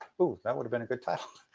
oh, that would have been a good title.